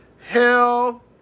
hell